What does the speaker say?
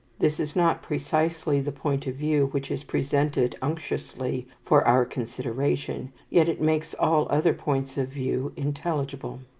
this is not precisely the point of view which is presented unctuously for our consideration, yet it makes all other points of view intelligible.